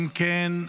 אם כן,